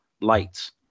lights